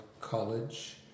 college